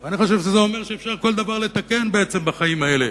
אני חושב שזה אומר שאפשר כל דבר לתקן בחיים האלה.